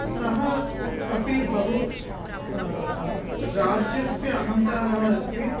सः अपि बहु राज्यस्य अहङ्कारः अस्ति